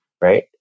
right